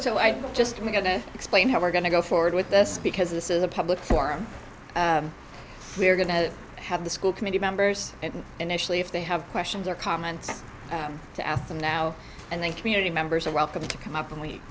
so i'm just going to explain how we're going to go forward with this because this is a public forum we're going to have the school committee members and initially if they have questions or comments i have to ask them now and then community members are welcome to come up and w